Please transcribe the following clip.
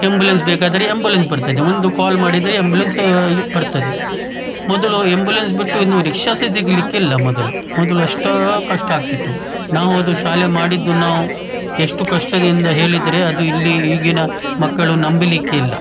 ambulance ಬೇಕಾದರೆ ambulance ಬರ್ತದೆ ಒಂದು ಕಾಲ್ ಮಾಡಿದರೆ ಎಂಬುಲೆನ್ಸ್ ಬರ್ತದೆ ಮೊದಲು ಎಂಬುಲೆನ್ಸ್ ಬಿಟ್ಟು ಇನ್ನು ರಿಕ್ಷಾ ಸಹ ಸಿಗಲಕ್ಕಿಲ್ಲ ಮೊದಲು ಮೊದಲು ಅಷ್ಟೂ ಕಷ್ಟ ಆಗ್ತಿತ್ತು ನಾವು ಅದು ಶಾಲೆ ಮಾಡಿದ್ದು ನಾವು ಎಷ್ಟು ಕಷ್ಟದಿಂದ ಹೇಳಿದ್ರೆ ಅದು ಇಲ್ಲಿ ಈಗಿನ ಮಕ್ಕಳು ನಂಬಲಿಕ್ಕೆ ಇಲ್ಲ